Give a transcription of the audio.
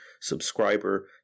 subscriber